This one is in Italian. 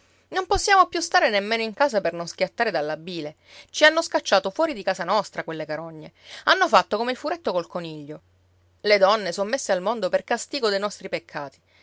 non possiamo più stare nemmeno in casa per non schiattare dalla bile ci hanno scacciato fuori di casa nostra quelle carogne hanno fatto come il furetto col coniglio le donne son messe al mondo per castigo dei nostri peccati